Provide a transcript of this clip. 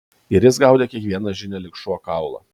ir jis gaudė kiekvieną žinią lyg šuo kaulą